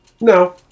No